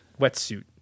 Wetsuit